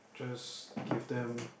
just give them